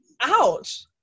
Ouch